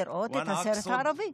לראות את הסרט הערבי,